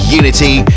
unity